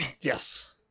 Yes